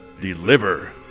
deliver